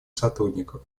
сотрудников